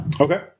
Okay